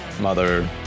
mother